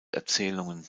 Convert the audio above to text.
erzählungen